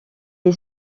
est